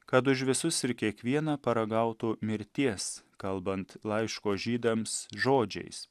kad už visus ir kiekvieną paragautų mirties kalbant laiško žydams žodžiais